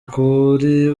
kuri